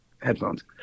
headphones